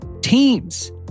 teams